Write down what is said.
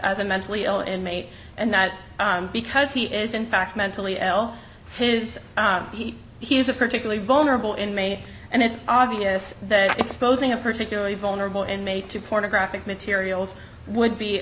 as a mentally ill inmate and that because he is in fact mentally ill his heat he is a particularly vulnerable in may and it's obvious that exposing a particularly vulnerable inmate to pornographic materials would be